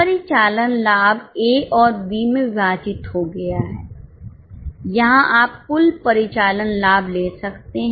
परिचालन लाभ ए और बी में विभाजित हो गया है यहां आप कुल परिचालन लाभ ले सकते हैं